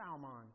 Salmon